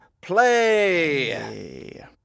play